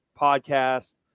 podcast